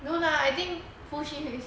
no lah I think full shift is